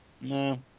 No